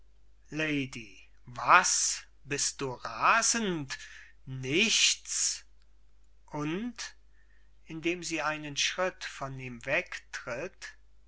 was bist du rasend nichts und indem sie einen schritt von ihm